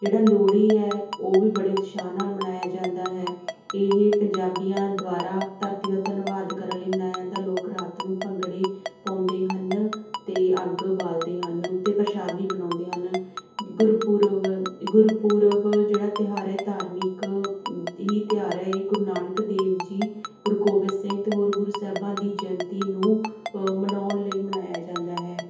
ਜਿਹੜਾ ਲੋਹੜੀ ਹੈ ਉਹ ਵੀ ਬੜੇ ਉਤਸ਼ਾਹ ਨਾਲ ਮਨਾਇਆ ਜਾਂਦਾ ਹੈ ਇਹ ਪੰਜਾਬੀਆਂ ਦੁਆਰਾ ਧਰਤੀ ਦਾ ਧੰਨਵਾਦ ਕਰਨ ਲਈ ਮਨਾਇਆ ਜਾਂਦਾ ਲੋਕ ਰਾਤ ਨੂੰ ਭੰਗੜੇ ਪਾਉਂਦੇ ਹਨ ਅਤੇ ਅੱਗ ਬਾਲਦੇ ਹਨ ਅਤੇ ਪ੍ਰਸ਼ਾਦ ਵੀ ਬਣਾਉਂਦੇ ਹਨ ਗੁਰਪੁਰਬ ਗੁਰਪੁਰਬ ਜਿਹੜਾ ਤਿਉਹਾਰ ਹੈ ਧਾਰਮਿਕ ਹੀ ਤਿਉਹਾਰ ਹੈ ਇਹ ਗੁਰੂ ਨਾਨਕ ਦੇਵ ਜੀ ਗੁਰੂ ਗੋਬਿੰਦ ਸਿੰਘ ਅਤੇ ਹੋਰ ਗੁਰੂ ਸਾਹਿਬਾਂ ਦੀ ਜਯੰਤੀ ਨੂੰ ਮਨਾਉਣ ਲਈ ਮਨਾਇਆ ਜਾਂਦਾ ਹੈ